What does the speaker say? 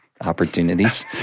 opportunities